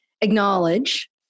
acknowledge